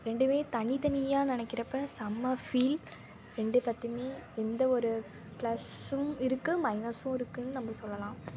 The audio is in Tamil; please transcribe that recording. ரெண்டுமே தனி தனியாக நினைக்கிறப்ப செம்ம ஃபீல் ரெண்டு பத்தியுமே எந்த ஒரு ப்ளஸ்ஸும் இருக்கும் மைனஸும் இருக்கும்னு நம்ம சொல்லலாம்